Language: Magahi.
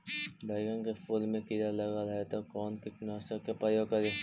बैगन के फुल मे कीड़ा लगल है तो कौन कीटनाशक के प्रयोग करि?